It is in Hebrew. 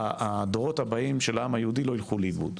שהדורות הבאים של העם היהודי לא ילכו לאיבוד?